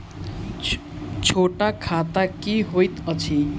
छोट खाता की होइत अछि